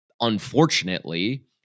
unfortunately